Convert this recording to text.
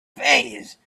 phase